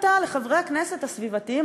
לחברי הכנסת הסביבתיים,